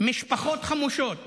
משפחות חמושות.